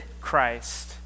christ